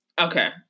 Okay